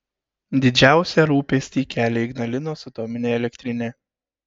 didžiausią rūpestį kelia ignalinos atominė elektrinė